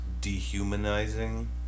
dehumanizing